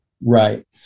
Right